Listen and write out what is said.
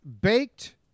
baked